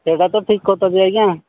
ସେଇଟା ତ ଠିକ୍ କଥା ଯେ ଆଜ୍ଞା